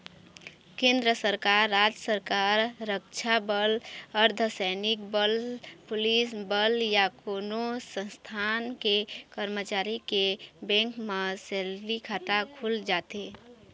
केंद्र सरकार, राज सरकार, रक्छा बल, अर्धसैनिक बल, पुलिस बल या कोनो संस्थान के करमचारी के बेंक म सेलरी खाता खुल जाथे